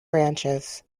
branches